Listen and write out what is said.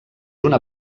una